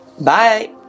Bye